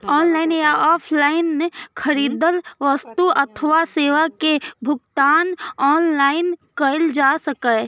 online या offline खरीदल वस्तु अथवा सेवा के भुगतान ऑनलाइन कैल जा सकैछ